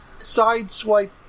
Sideswipe